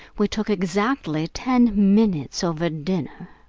we took exactly ten minutes over dinner!